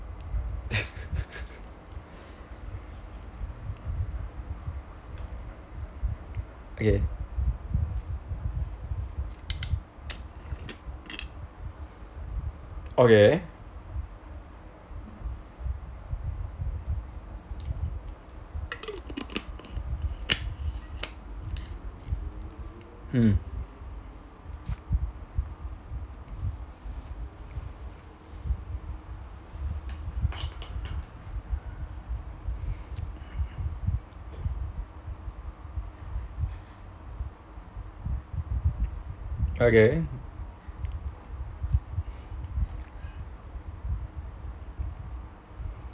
okay okay mmhmm okay